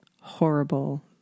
horrible